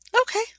Okay